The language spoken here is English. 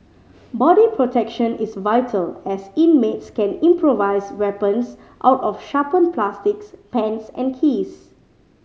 body protection is vital as inmates can improvise weapons out of sharpened plastics pens and keys